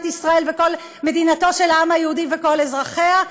ישראל מדינתו של העם היהודי וכל אזרחיה,